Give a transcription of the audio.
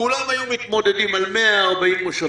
כולם היו מתמודדים על 140 מושבים,